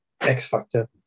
x-factor